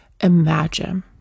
imagine